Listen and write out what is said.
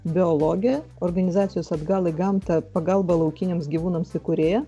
biologė organizacijos atgal į gamtą pagalba laukiniams gyvūnams įkūrėja